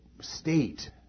state